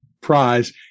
prize